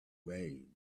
rain